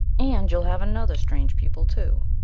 and you'll have another strange pupil, too.